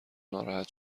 ناراحت